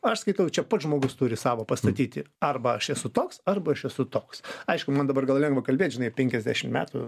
aš skaitau čia pats žmogus turi savo pastatyti arba aš esu toks arba aš esu toks aišku man dabar gan lengva kalbėt žinai penkiasdešim metų